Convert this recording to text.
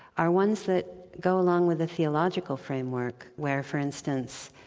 are ones that go along with a theological framework, where for instance,